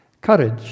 courage